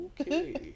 Okay